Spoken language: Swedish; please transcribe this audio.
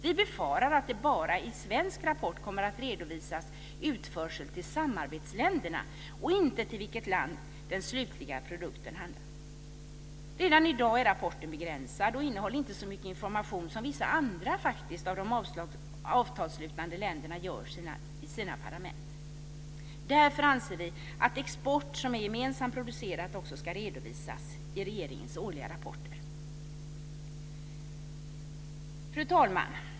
Vi befarar att det i den svenska rapporten bara kommer att redovisas utförsel till samarbetsländerna, och inte i vilket land den slutliga produkten hamnar. Redan i dag är rapporten begränsad och innehåller inte så mycket information som man i vissa andra av de avtalsslutande länderna ger sina parlament. Därför anser vi att export som är gemensamt producerad också ska redovisas i regeringens årliga rapporter. Fru talman!